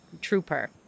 trooper